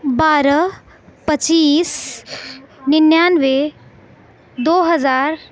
بارہ پچیس ننانوے دو ہزار